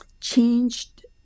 changed